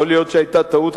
יכול להיות שהיתה טעות,